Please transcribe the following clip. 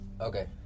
Okay